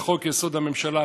לחוק-יסוד: הממשלה,